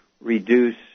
reduce